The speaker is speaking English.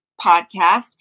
podcast